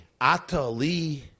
atali